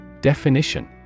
Definition